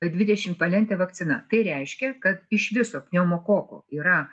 dvidešimt valente vakcina tai reiškia kad iš viso pneumokokų yra